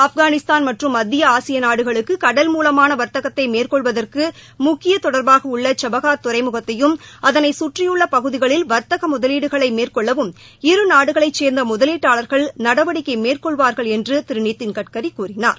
ஆப்கானிஸ்தான் மற்றும் மத்திய ஆசிய நாடுகளுக்கு கடல் மூலமான வர்த்தகத்தை மேற்கொள்வதற்கு முக்கிய தொடர்பாக உள்ள சபாஹார் துறைமுகத்தையும் அதனை சுற்றியுள்ள பகுதிகளில் வர்த்தக முதலீடுகளை மேற்கொள்ளவும் இரு நாடுகளைச் சேர்ந்த முதலீட்டாளர்கள் நடவடிக்கை மேற்கொள்வார்கள் என்று திரு நிதின்கட்கரி கூறினார்